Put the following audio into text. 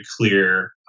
clear